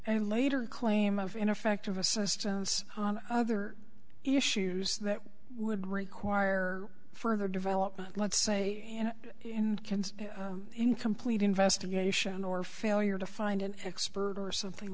a later claim of ineffective assistance other issues that would require further development let's say you know in complete investigation or failure to find an expert or something